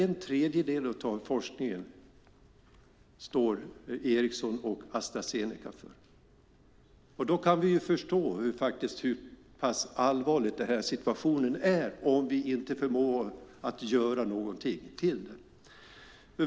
En tredjedel av forskningen står Ericsson och Astra Zeneca för. Då kan vi förstå hur pass allvarlig den här situationen är, om vi inte förmår att göra någonting åt den.